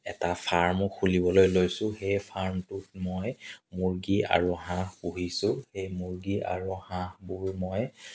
এটা ফাৰ্মো খুলিবলৈ লৈছোঁ সেই ফাৰ্মটোত মই মুৰ্গী আৰু হাঁহ পুহিছোঁ এই মুৰ্গী আৰু হাঁহবোৰো মই